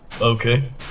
Okay